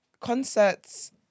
concerts